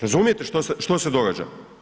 Razumijete što se događa.